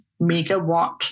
megawatt